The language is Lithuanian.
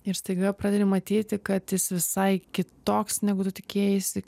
ir staiga pradedi matyti kad jis visai kitoks negu tu tikėjaisi